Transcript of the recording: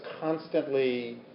constantly